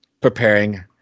preparing